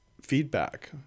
feedback